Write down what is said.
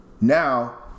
Now